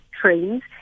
trains